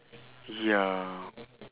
ya